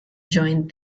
joined